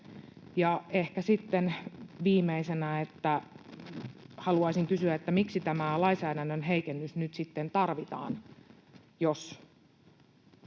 Ehkä sitten viimeisenä haluaisin kysyä: Miksi tämä lainsäädännön heikennys nyt sitten tarvitaan, jos